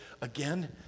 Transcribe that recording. again